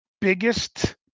biggest